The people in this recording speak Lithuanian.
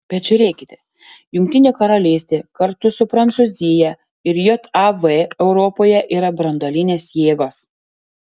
bet žiūrėkite jungtinė karalystė kartu su prancūzija ir jav europoje yra branduolinės jėgos